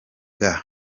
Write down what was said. bwa